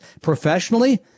professionally